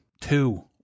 two